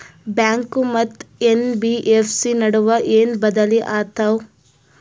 Bank ಮತ್ತ NBFC ನಡುವ ಏನ ಬದಲಿ ಆತವ?